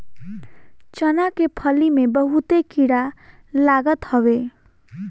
चना के फली में बहुते कीड़ा लागत हवे